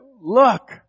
look